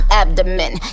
abdomen